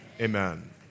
amen